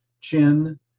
chin